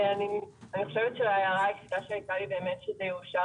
חושבת שההערה היחידה שהייתה לי שזה יאושר